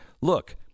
look